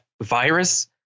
virus